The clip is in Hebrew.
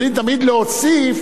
תמיד יכולים להוסיף,